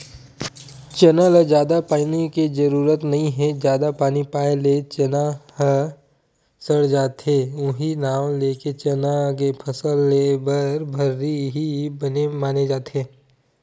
चना ल जादा पानी के जरुरत नइ हे जादा पानी पाए ले चना ह सड़ जाथे उहीं नांव लेके चना के फसल लेए बर भर्री ही बने माने जाथे